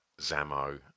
Zamo